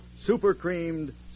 super-creamed